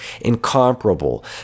incomparable